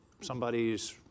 somebody's